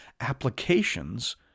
applications